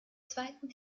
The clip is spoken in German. zweiten